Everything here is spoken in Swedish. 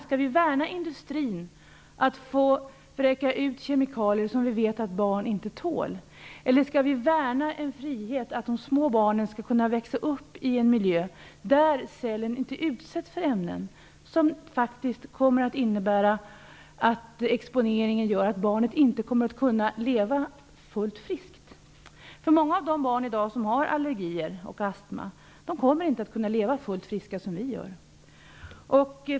Skall vi värna industrins rätt att vräka ut kemikalier som vi vet att barn inte tål, eller skall vi värna de små barnens rätt att växa upp i en miljö där cellen inte utsätts för ämnen som faktiskt gör att barnet inte kommer att kunna leva fullt friskt? Många av de barn som i dag har allergier och astma kommer nämligen inte att kunna leva fullt friska som vi.